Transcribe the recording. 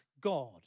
God